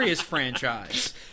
franchise